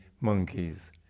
Monkeys